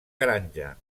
granja